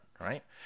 right